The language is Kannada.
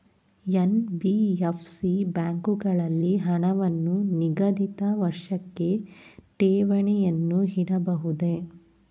ಎನ್.ಬಿ.ಎಫ್.ಸಿ ಬ್ಯಾಂಕುಗಳಲ್ಲಿ ಹಣವನ್ನು ನಿಗದಿತ ವರ್ಷಕ್ಕೆ ಠೇವಣಿಯನ್ನು ಇಡಬಹುದೇ?